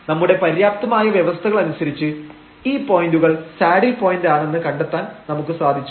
നമ്മുടെ പര്യാപ്തമായ വ്യവസ്ഥകൾ അനുസരിച്ച് ഈ പോയന്റുകൾ സാഡിൽ പോയന്റ് ആണെന്ന് കണ്ടെത്താൻ നമുക്ക് സാധിച്ചു